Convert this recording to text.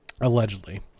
allegedly